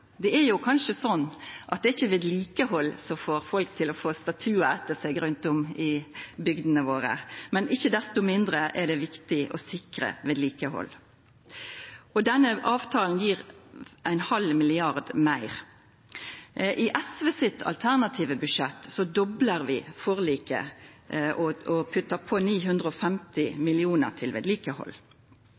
Kanskje er det sånn at det ikkje er vedlikehald som gjer at folk får statuar etter seg rundt om i bygdene våre, men ikkje desto mindre er det viktig å sikra vedlikehald. Denne avtalen gjev 0,5 mrd. kr meir. I det alternative budsjettet til SV doblar vi det som ligg i forliket og puttar på 950 mill. kr til vedlikehald.